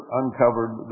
uncovered